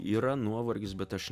yra nuovargis bet aš